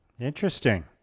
Interesting